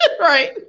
Right